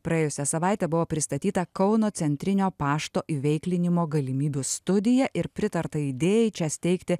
praėjusią savaitę buvo pristatyta kauno centrinio pašto įveiklinimo galimybių studija ir pritarta idėjai čia steigti